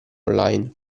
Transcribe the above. online